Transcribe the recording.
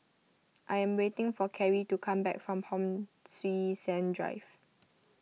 I am waiting for Kerry to come back from Hon Sui Sen Drive